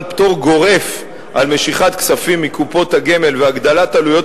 פטור גורף על משיכת כספים מקופות הגמל והגדלת עלויות